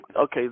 okay